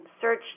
search